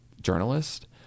journalist